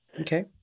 Okay